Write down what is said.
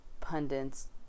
pundits